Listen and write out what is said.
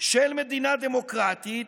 של מדינה דמוקרטית,